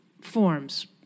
forms